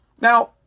Now